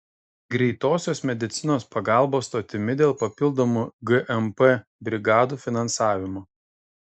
greitosios medicinos pagalbos stotimi dėl papildomų gmp brigadų finansavimo